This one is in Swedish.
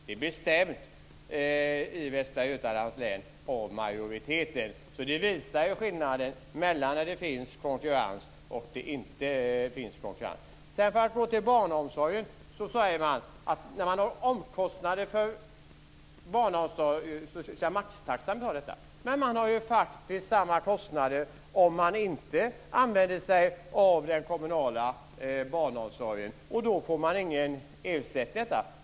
Det är bestämt av majoriteten. Det visar skillnaden mellan situationer där det finns konkurrens och situationer där det inte finns konkurrens. Socialdemokraterna säger att maxtaxan ska täcka kostnaderna för barnomsorg. Man har faktisk samma kostnader om man inte använder sig av den kommunala barnomsorgen, men då får man ingen ersättning.